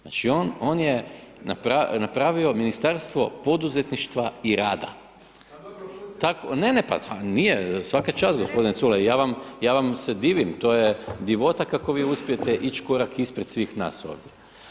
Znači on je napravio Ministarstvo poduzetništva i rada … [[Upadica: Ne razumije se.]] ne, ne, nije svaka čast gospodine Culej ja vam se divim, to je divota kako vi uspijete ići korak ispred svih nas ovdje.